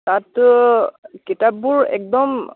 তাত কিতাপবোৰ একদম